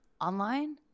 online